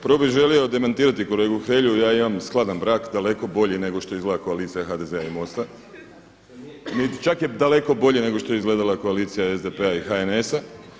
Prvo bih želio demantirati kolegu Hrelju, ja imam skladan brak, daleko bolji nego što izgleda koalicija HDZ-a i MOST-a, dakle čak je daleko bolji nego što je izgledala koalicija SDP-a i HNS-a.